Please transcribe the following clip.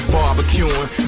Barbecuing